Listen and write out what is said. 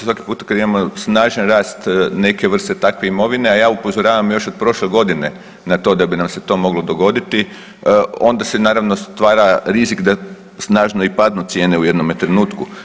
Svaki puta kad imamo snažan rast neke vrste takve imovine, a ja upozoravam još od prošle godine na to da bi nam se to moglo dogoditi, onda se naravno stvara rizik da snažno i padnu cijene u jednome trenutku.